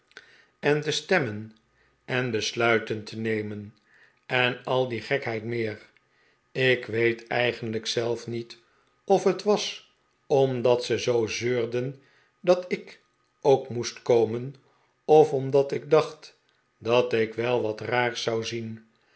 en te stemmen en besluiten te nemen en al die gekheid meer ik weet eigenlijk zelf niet of het was omdat ze zoo zeurden dat ik ook moest komen of omdat ik dacht dat ik wel wat raars zou zien